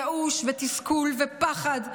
ייאוש ותסכול ופחד,